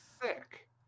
sick